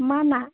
मा ना